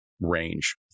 range